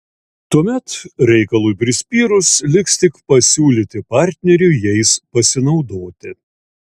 tuomet reikalui prispyrus liks tik pasiūlyti partneriui jais pasinaudoti